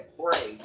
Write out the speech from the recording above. pray